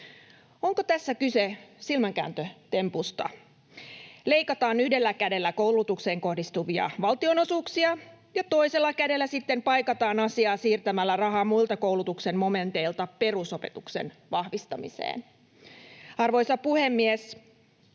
Onko tässä kyse silmänkääntötempusta? Yhdellä kädellä leikataan koulutukseen kohdistuvia valtionosuuksia ja toisella kädellä sitten paikataan asiaa siirtämällä rahaa muilta koulutuksen momenteilta perusopetuksen vahvistamiseen. Arvoisa puhemies!